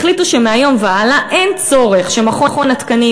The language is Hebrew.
החליטו שמהיום והלאה אין צורך שמכון התקנים